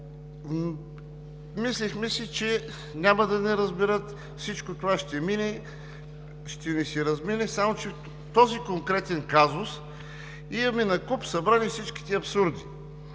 Мислихме си, че няма да ни разберат, всичко това ще мине, ще ни се размине, само че в този конкретен казус имаме накуп събрани всичките абсурди